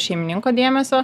šeimininko dėmesio